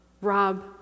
rob